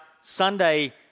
Sunday